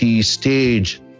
stage